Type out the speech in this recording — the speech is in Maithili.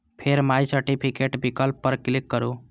फेर माइ सर्टिफिकेट विकल्प पर क्लिक करू